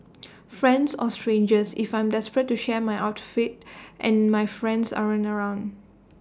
friends or strangers if I am desperate to share my outfit and my friends aren't around